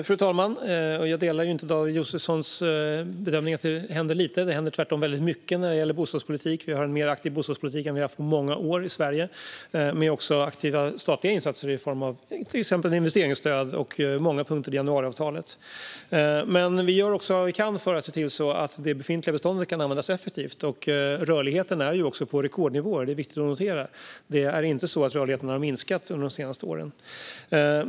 Fru talman! Jag delar inte David Josefssons bedömning att det händer lite. Det händer tvärtom väldigt mycket när det gäller bostadspolitik. Vi har en mer aktiv bostadspolitik än vad vi haft på många år i Sverige, också med aktiva statliga insatser i form av till exempel investeringsstöd och många punkter i januariavtalet. Vi gör också vad vi kan för att se till att det befintliga beståndet kan användas effektivt. Rörligheten är också på rekordnivå, vilket är viktigt att notera. Det är inte så att rörligheten har minskat under de senaste åren.